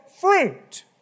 fruit